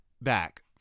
back